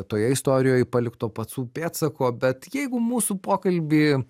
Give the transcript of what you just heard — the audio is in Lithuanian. toje istorijoj palikto pacų pėdsako bet jeigu mūsų pokalbį